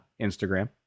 Instagram